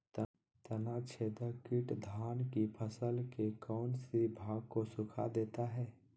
तनाछदेक किट धान की फसल के कौन सी भाग को सुखा देता है?